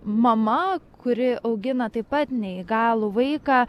mama kuri augina taip pat neįgalų vaiką